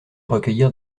recueillir